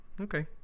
Okay